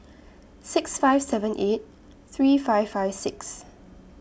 six five seven eight three five five six